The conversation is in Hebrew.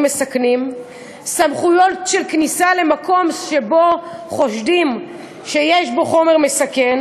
מסכנים ושל כניסה למקום שחושדים שיש בו חומר מסכן,